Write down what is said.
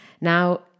Now